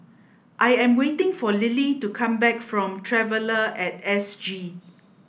I am waiting for Lily to come back from Traveller at S G